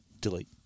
delete